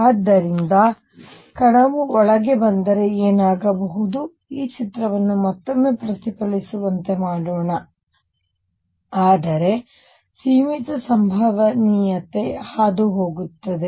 ಆದ್ದರಿಂದ ಕಣವು ಒಳಗೆ ಬಂದರೆ ಏನಾಗಬಹುದು ಈ ಚಿತ್ರವನ್ನು ಮತ್ತೊಮ್ಮೆ ಪ್ರತಿಫಲಿಸುವಂತೆ ಮಾಡೋಣ ಆದರೆ ಸೀಮಿತ ಸಂಭವನೀಯತೆ ಹಾದುಹೋಗುತ್ತದೆ